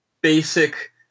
basic